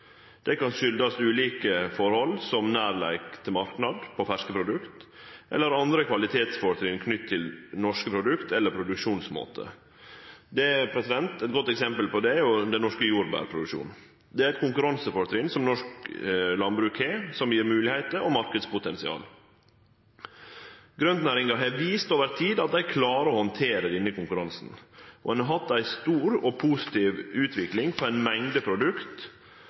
Det kan skuldast ulike forhold, som nærleik til marknaden for ferske produkt eller andre kvalitetsfortrinn knytte til norske produkt eller til produksjonsmåte. Eit godt eksempel på det er den norske jordbærproduksjonen. Det er eit konkurransefortrinn som norsk landbruk har, som gjev moglegheiter og marknadspotensial. Grøntnæringa har over tid vist at ho klarer å handtere denne konkurransen. Vi har hatt ei stor og positiv utvikling for ei mengd produkt,